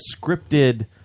scripted